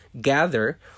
gather